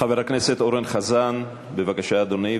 חבר הכנסת אורן חזן, בבקשה, אדוני.